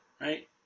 right